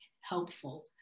helpful